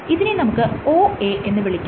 ഇതിനെ നമുക്ക് OA എന്ന് വിളിക്കാം